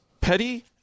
petty